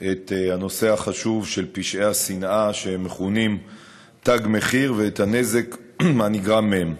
את הנושא החשוב של פשעי השנאה שמכונים "תג מחיר" ואת הנזק הנגרם מהם.